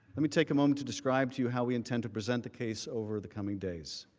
let me take a moment to describe to how we intend to present the case over the coming days.